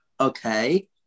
okay